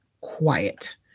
quiet